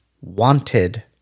wanted